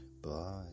bye